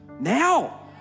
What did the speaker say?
now